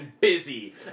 busy